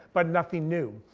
but nothing new.